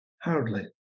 Hardly